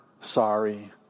sorry